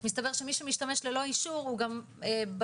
מסתבר שמי שמשתמש ללא אישור הוא גם בתור